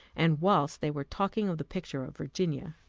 and whilst they were talking of the picture of virginia.